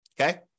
okay